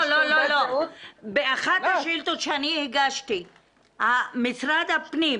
באחת השאילתות שאני הגשתי, משרד הפנים,